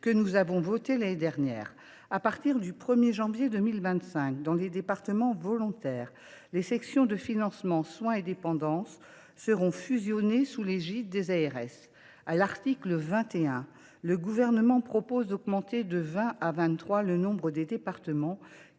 que nous avons votée l’année dernière. À partir du 1 janvier 2025, dans les départements volontaires, les sections de financement soins et dépendance seront fusionnées sous l’égide des ARS. À l’article 21, le Gouvernement propose d’augmenter de 20 à 23 le nombre des départements